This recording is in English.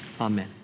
Amen